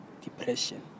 depression